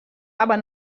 aber